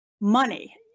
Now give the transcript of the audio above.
money